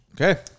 Okay